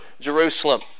Jerusalem